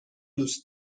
دوست